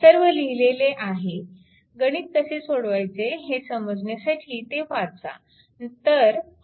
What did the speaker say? सर्व लिहिलेले आहेगणित कसे सोडवायचे ते समजण्यासाठी ते वाचा